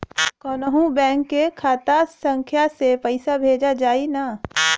कौन्हू बैंक के खाता संख्या से पैसा भेजा जाई न?